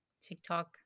TikTok